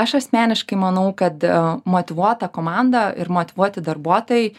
aš asmeniškai manau kad motyvuota komanda ir motyvuoti darbuotojai